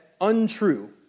untrue